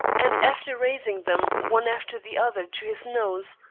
and after raising them one after the other to his nose,